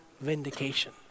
vindication